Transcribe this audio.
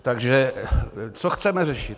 Takže co chceme řešit?